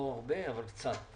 לא הרבה, קצת.